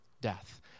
death